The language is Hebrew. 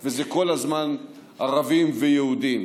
וזה כל הזמן ערבים ויהודים.